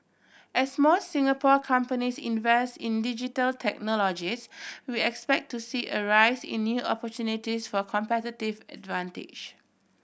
as more Singapore companies invest in Digital Technologies we expect to see a rise in new opportunities for competitive advantage